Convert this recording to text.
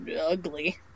ugly